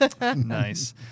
Nice